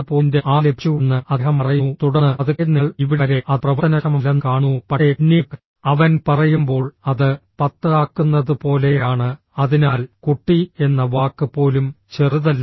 6 ലഭിച്ചുവെന്ന് അദ്ദേഹം പറയുന്നു തുടർന്ന് പതുക്കെ നിങ്ങൾ ഇവിടെ വരെ അത് പ്രവർത്തനക്ഷമമല്ലെന്ന് കാണുന്നു പക്ഷേ പിന്നീട് അവൻ പറയുമ്പോൾ അത് 10 ആക്കുന്നത് പോലെയാണ് അതിനാൽ കുട്ടി എന്ന വാക്ക് പോലും ചെറുതല്ല